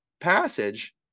passage